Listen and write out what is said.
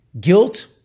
guilt